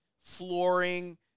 flooring